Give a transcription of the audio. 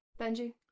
Benji